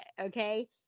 Okay